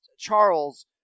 charles